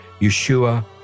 Yeshua